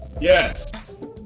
Yes